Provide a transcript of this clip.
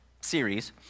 series